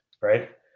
right